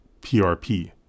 PRP